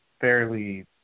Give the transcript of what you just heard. fairly